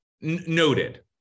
noted